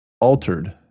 altered